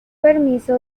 permiso